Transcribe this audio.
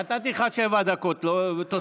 נתתי לך עוד שבע דקות תוספת.